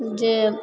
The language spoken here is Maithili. जे